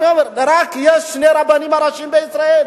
רק שני רבנים ראשיים בישראל.